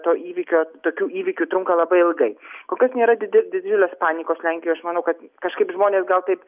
to įvykio tokių įvykių trunka labai ilgai kol kas nėra dide didžiulės panikos lenkijoj aš manau kad kažkaip žmonės gal taip